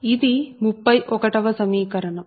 ఇది 31 వ సమీకరణం